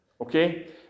Okay